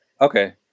Okay